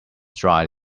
dry